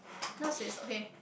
now she is okay